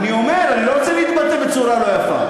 אני אומר, אני לא רוצה להתבטא בצורה לא יפה.